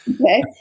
Okay